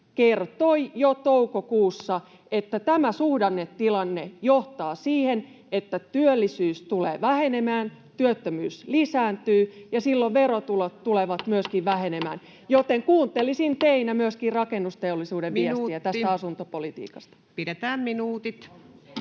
kertoi jo toukokuussa, että tämä suhdannetilanne johtaa siihen, että työllisyys tulee vähenemään ja työttömyys lisääntyy, ja silloin myöskin verotulot tulevat vähenemään. Joten kuuntelisin teinä myöskin Rakennusteollisuuden viestiä tästä asuntopolitiikasta. [Speech 149]